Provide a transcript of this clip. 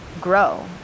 grow